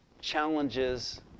challenges